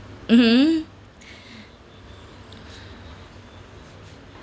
mmhmm